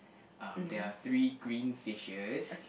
um there are three green fishers